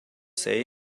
say